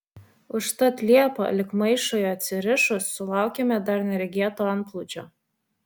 užtat liepą lyg maišui atsirišus sulaukėme dar neregėto antplūdžio